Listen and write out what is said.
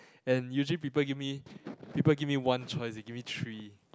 and usually people give me people give me one choice they give me three